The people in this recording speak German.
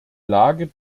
lage